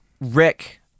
Rick